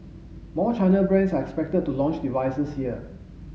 more China brands are expected to launch devices here